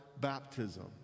baptism